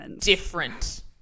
different